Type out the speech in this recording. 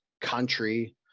country